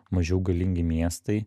mažiau galingi miestai